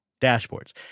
dashboards